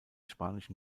spanischen